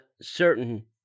certain